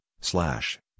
slash